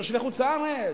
תושבי חוץ-לארץ.